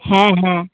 হ্যাঁ হ্যাঁ